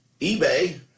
eBay